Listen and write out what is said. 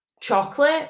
chocolate